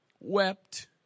wept